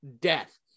death